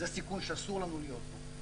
זה סיכון שאסור לנו להיות בו.